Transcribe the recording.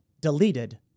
deleted